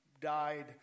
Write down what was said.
died